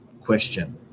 Question